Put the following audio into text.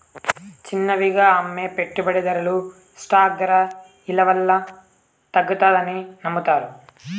చిన్నవిగా అమ్మే పెట్టుబడిదార్లు స్టాక్ దర ఇలవల్ల తగ్గతాదని నమ్మతారు